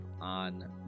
on